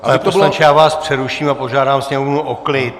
Pane poslanče, já vás přeruším a požádám sněmovnu o klid.